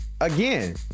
Again